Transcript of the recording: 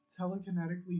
telekinetically